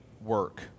work